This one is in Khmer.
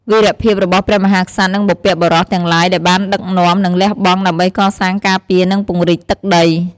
វីរភាពរបស់ព្រះមហាក្សត្រ និងបុព្វបុរស ទាំងឡាយដែលបានដឹកនាំ និងលះបង់ដើម្បីកសាង ការពារ និងពង្រីកទឹកដី។